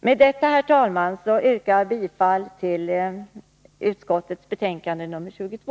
Med detta, herr talman, yrkar jag bifall till arbetsmarknadsutskottets hemställan i betänkandet 22.